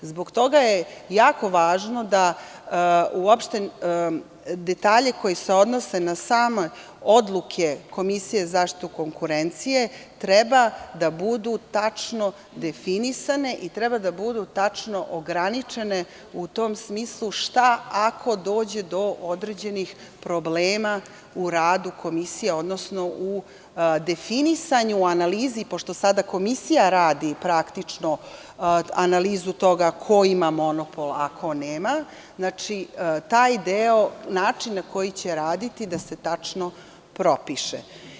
Zbog toga je jako važno da detalje koji se odnose na same odluke Komisije za zaštitu konkurencije, treba da budu tačno definisane i treba da budu tačno ograničene, u tom smislu – šta ako dođe do određenih problema u radu Komisije, odnosno u definisanju i analizi, pošto sada Komisija radi analizu toga – ko ima monopol, a ko nema, znači, taj deo, način na koji će raditi, da se tačno propiše.